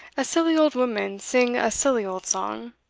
a silly old woman sing a silly old song.